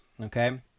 okay